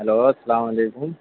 hello سلام علیکم